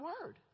Word